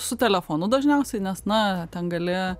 su telefonu dažniausiai nes na ten gali